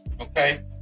okay